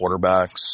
quarterbacks